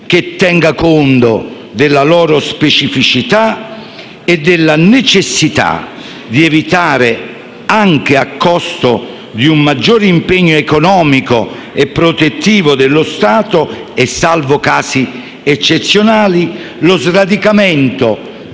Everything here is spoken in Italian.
che tenga conto della loro specificità e della necessità di evitare, anche a costo di un maggiore impegno economico e protettivo dello Stato, e salvo casi eccezionali, lo sradicamento